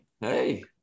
Hey